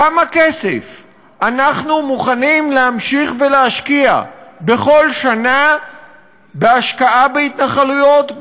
כמה כסף אנחנו מוכנים להמשיך ולהשקיע בכל שנה בהשקעה בהתנחלויות,